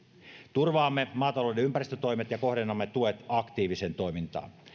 turvaamme maatalouden ympäristötoimet ja kohdennamme tuet aktiiviseen toimintaan